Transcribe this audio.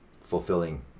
fulfilling